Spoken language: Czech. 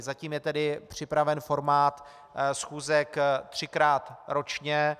Zatím je tedy připraven formát schůzek třikrát ročně.